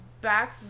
back